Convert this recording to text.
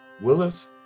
Willis